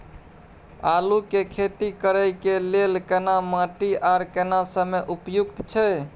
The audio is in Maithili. आलू के खेती करय के लेल केना माटी आर केना समय उपयुक्त छैय?